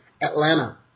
Atlanta